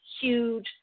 huge